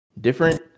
different